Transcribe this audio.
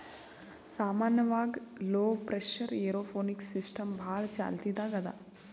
ಸಾಮಾನ್ಯವಾಗ್ low pressure aeroponics system ಭಾಳ್ ಚಾಲ್ತಿದಾಗ್ ಅದಾ